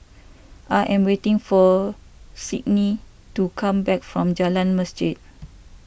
I am waiting for Sydnee to come back from Jalan Masjid